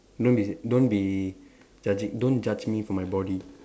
don't be don't be judging don't judge me for my body